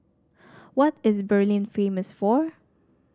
what is Berlin famous for